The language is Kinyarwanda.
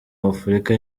w’afurika